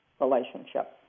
relationship